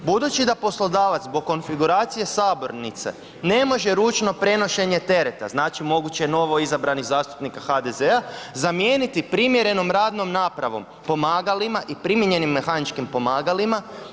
Budući da poslodavac zbog konfiguracije sabornice ne može ručno prenošenje tereta, znači moguće novoizabranih zastupnika HDZ-a zamijeniti primjerenom radnom napravom, pomagalima i primijenjenim mehaničkim pomagalima.